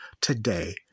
today